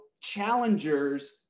challengers